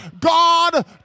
God